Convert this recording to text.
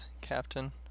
captain